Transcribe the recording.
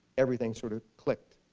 everything sort of clicked.